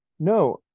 No